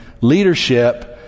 leadership